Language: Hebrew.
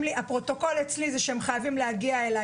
הפרוטוקול אצלי הוא שהם חייבים להגיע אליי